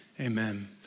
Amen